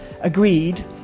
agreed